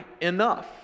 enough